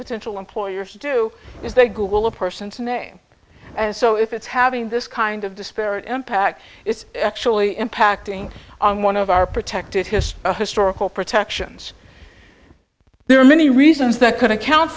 potential employers do is they google a person's name and so if it's having this kind of disparate impact it's actually impacting on one of our protected history historical protections there are many reasons that could account